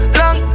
long